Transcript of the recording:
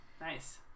nice